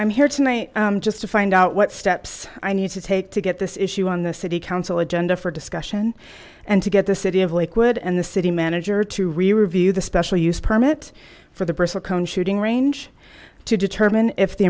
i'm here tonight just to find out what steps i need to take to get this issue on the city council agenda for discussion and to get the city of lakewood and the city manager to review the special use permit for the person shooting range to determine if they